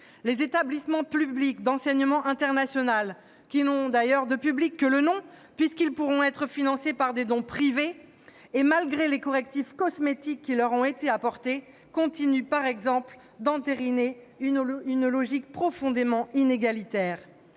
Les établissements publics locaux d'enseignement international, qui n'ont d'ailleurs de public que le nom puisqu'ils pourront être financés par des dons privés, continuent par exemple, malgré les correctifs cosmétiques qui leur ont été apportés, d'entériner une logique profondément inégalitaire.